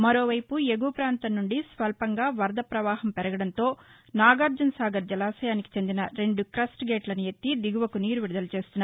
మరోవైపు ఎగువ ప్రాంతం నుండి స్వల్పంగా వరద ప్రపవాహం పెరగడంతో నాగార్జనసాగర్ జలాశయానికి చెందిన రెండు క్రస్టెగేట్లను ఎత్తి దిగువకు నీరు విడుదల చేస్తున్నారు